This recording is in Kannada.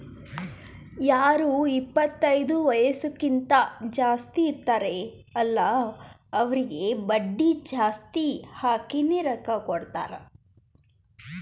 ಯಾರು ಇಪ್ಪತೈದು ವಯಸ್ಸ್ಕಿಂತಾ ಜಾಸ್ತಿ ಇರ್ತಾರ್ ಅಲ್ಲಾ ಅವ್ರಿಗ ಬಡ್ಡಿ ಜಾಸ್ತಿ ಹಾಕಿನೇ ರೊಕ್ಕಾ ಕೊಡ್ತಾರ್